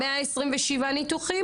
127 ניתוחים